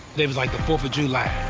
it was like the fourth of july,